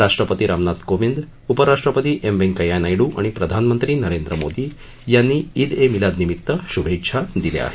राष्ट्रपती रामनाथ कोंविद उपराष्ट्रपती एम व्यंकय्या नायडू आणि प्रधानमंत्री नरेंद्र मोदी यांनी ईद ए मिलाद निमित्त श्भेच्छा दिल्या आहेत